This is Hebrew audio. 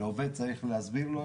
ועובד צריך להסביר לו,